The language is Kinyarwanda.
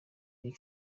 big